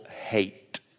hate